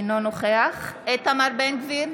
אינו נוכח איתמר בן גביר,